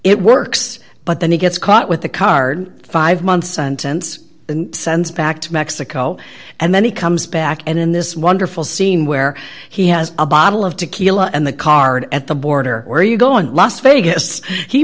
it works but then he gets caught with the card five months sentence sends back to mexico and then he comes back and in this wonderful scene where he has a bottle of tequila and the card at the border where you go in las vegas he